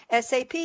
SAP